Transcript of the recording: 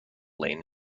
lane